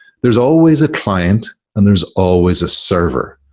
there's always a client and there's always a server.